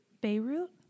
Beirut